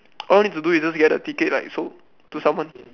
all you need to do is to just get the ticket like to sold to someone